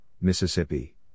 Mississippi